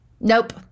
Nope